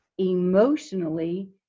emotionally